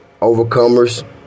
overcomers